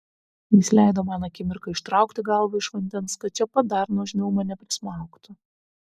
jis leido man akimirką ištraukti galvą iš vandens kad čia pat dar nuožmiau mane prismaugtų